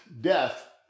death